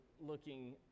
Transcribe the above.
looking